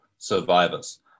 survivors